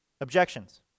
Objections